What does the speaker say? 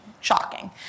shocking